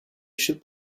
should